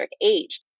age